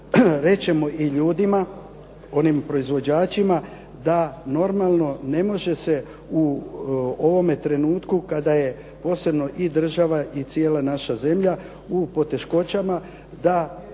ćemo i ljudima, onim proizvođačima da normalno ne može se u ovome trenutku kada je posebno i država i cijela naša zemlja u poteškoćama da